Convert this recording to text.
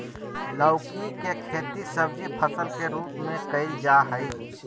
लौकी के खेती सब्जी फसल के रूप में कइल जाय हइ